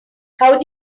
how